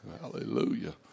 Hallelujah